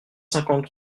cinquante